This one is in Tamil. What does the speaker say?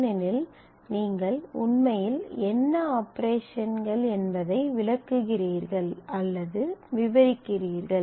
ஏனெனில் நீங்கள் உண்மையில் என்ன ஆபரேஷன்கள் என்பதை விளக்குகிறீர்கள் அல்லது விவரிக்கிறீர்கள்